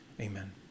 Amen